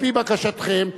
על-פי בקשתכם,